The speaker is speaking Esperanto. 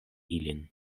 ilin